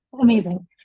amazing